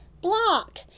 block